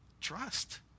trust